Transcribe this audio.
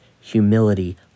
humility